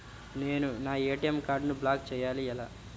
నేను నా ఏ.టీ.ఎం కార్డ్ను బ్లాక్ చేయాలి ఎలా?